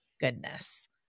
goodness